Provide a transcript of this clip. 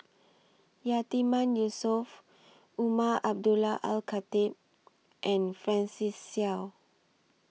Yatiman Yusof Umar Abdullah Al Khatib and Francis Seow